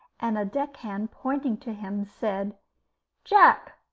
and a deck-hand pointing to him said jack,